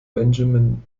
benjamin